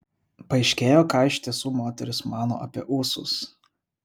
paaiškėjo ką iš tiesų moterys mano apie ūsus